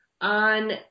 on